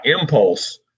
impulse